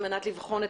על מנת לבחון את